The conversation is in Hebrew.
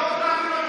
הערבים.